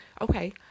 Okay